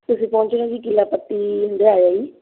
ਤੁਸੀਂ ਪਹੁੰਚ ਰਹੇ ਹੋ ਜੀ ਕਿਲ੍ਹਾ ਪੱਟੀ ਹੰਢਿਆਇਆ ਜੀ